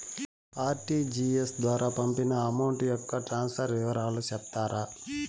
RTGS ద్వారా పంపిన amount యొక్క ట్రాన్స్ఫర్ వివరాలు సెప్తారా